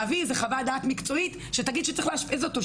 להביא איזו חוות דעת מקצועית שתגיד שצריך לאשפז אותו,